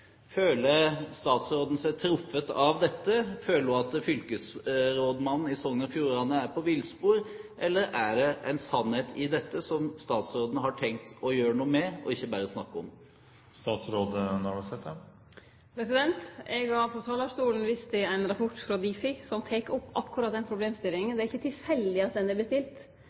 Føler statsråden seg truffet av dette? Føler hun at fylkesrådmannen i Sogn og Fjordane er på villspor, eller er det en sannhet i dette som hun har tenkt å gjøre noe med, og ikke bare snakke om? Eg har frå talarstolen vist til ein rapport frå Difi som tek opp akkurat den problemstillinga. Det er ikkje tilfeldig at han er bestilt.